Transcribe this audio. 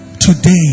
today